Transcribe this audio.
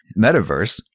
Metaverse